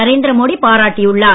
நரேந்திர மோடி பாராட்டி உள்ளார்